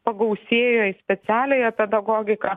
pagausėjo į specialiąją pedagogiką